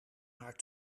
haar